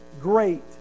great